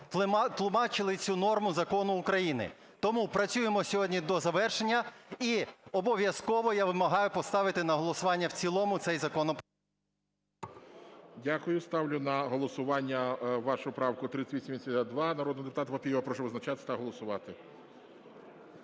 тлумачили цю норму закону України. Тому працюємо сьогодні до завершення, і обов'язково я вимагаю поставити на голосування в цілому цей законопроект. ГОЛОВУЮЧИЙ. Дякую. Ставлю на голосування вашу правку 3882, народний депутат Папієв. Прошу визначатися та голосувати.